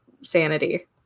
sanity